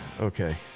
Okay